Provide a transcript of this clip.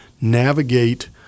navigate